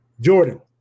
Jordan